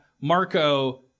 Marco